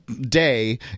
day